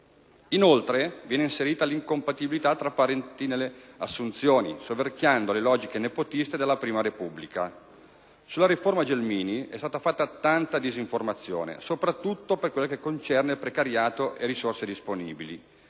Inoltre, viene inserita l'incompatibilità tra parenti nelle assunzioni, soverchiando le logiche nepotiste della Prima Repubblica. Sulla riforma Gelmini è stata fatta tanta disinformazione, soprattutto per quel che concerne precariato e risorse disponibili.